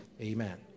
Amen